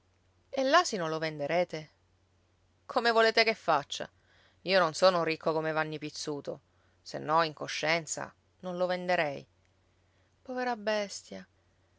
e l'asino lo venderete come volete che faccia io non sono ricco come vanni pizzuto se no in coscienza non lo venderei povera bestia